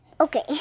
Okay